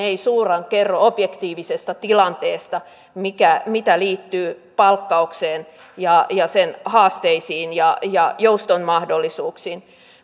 eivät suoraan kerro siitä objektiivisesta tilanteesta mikä liittyy palkkaukseen sen haasteisiin ja ja jouston mahdollisuuksiin